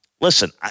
Listen